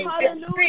Hallelujah